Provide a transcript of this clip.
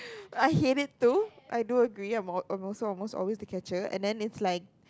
I hated it too I do agree I'm I'm almost always the catcher and then it's like